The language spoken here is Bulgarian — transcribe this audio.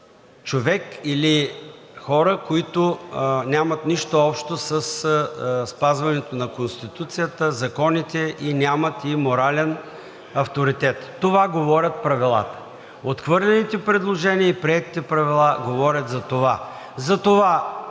човек или хора, които нямат нищо общо със спазването на Конституцията, законите, нямат и морален авторитет. Това говорят правилата. Отхвърлените предложения и приетите правила говорят за това. Затова